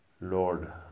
Lord